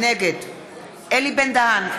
נגד אלי בן-דהן,